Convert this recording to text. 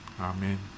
Amen